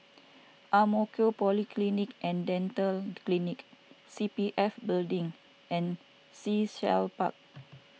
Ang Mo Kio Polyclinic and Dental Clinic C P F Building and Sea Shell Park